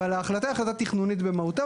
אבל ההחלטה היא החלטה תכנונית במהותה.